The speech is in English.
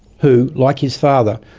who, like his father,